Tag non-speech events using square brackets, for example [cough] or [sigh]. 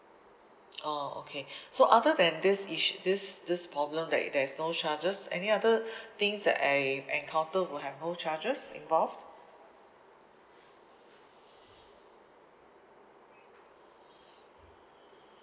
oh okay so other than this issue this this problem like there is no charges any other [breath] things that I encounter will have no charges involved